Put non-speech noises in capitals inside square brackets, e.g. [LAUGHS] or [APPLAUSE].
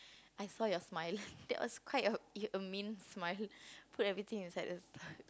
I saw your smile [LAUGHS] that was quite a a mean smile put everything inside the